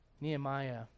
Nehemiah